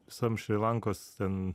sams šri lankos ten